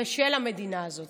של המדינה הזאת.